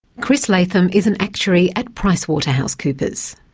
chris latham is an actuary at price waterhouse cooper's.